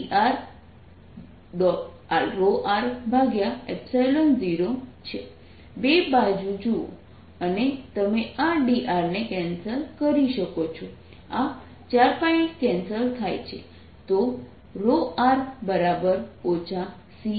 બે બાજુ જુઓ અને તમે આ dr ને કેન્સલ કરી શકો છો આ 4π કેન્સલ થાય છે